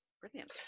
brilliant